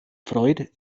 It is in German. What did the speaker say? freud